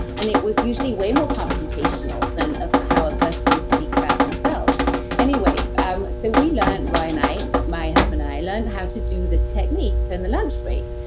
and it was usually way more confrontational than ah how a person would speak about themselves anyway, um so, we learned, roy and i, my husband and i, learned how to do this technique in so and the lunch break.